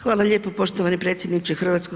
Hvala lijepo poštovani predsjedniče HS.